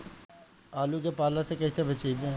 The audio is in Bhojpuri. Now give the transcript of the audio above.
आलु के पाला से कईसे बचाईब?